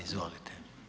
Izvolite.